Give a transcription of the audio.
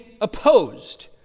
opposed